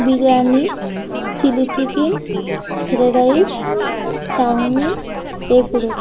biryani chilli chicken fried rice chowmein egg role